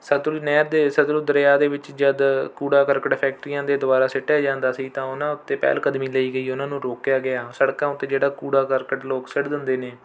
ਸਤਲੁਜ ਨਹਿਰ ਦੇ ਸਤਲੁਜ ਦਰਿਆ ਦੇ ਵਿੱਚ ਜਦ ਕੂੜਾ ਕਰਕਟ ਫੈਕਟਰੀਆਂ ਦੇ ਦੁਆਰਾ ਸੁੱਟਿਆ ਜਾਂਦਾ ਸੀ ਤਾਂ ਉਨ੍ਹਾਂ ਉੱਤੇ ਪਹਿਲਕਦਮੀ ਲਈ ਗਈ ਉਹਨਾਂ ਨੂੰ ਰੋਕਿਆ ਗਿਆ ਸੜਕਾਂ ਉੱਤੇ ਜਿਹੜਾ ਕੂੜਾ ਕਰਕਟ ਲੋਕ ਸੁੱਟ ਦਿੰਦੇ ਨੇ